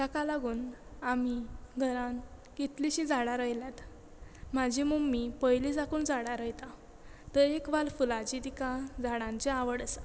ताका लागून आमी घरान कितलीशीं झाडां रोयल्यात म्हाजी मम्मी पयलीं साकून झाडां रोयता तरेकवार फुलांची तिका झाडांची आवड आसा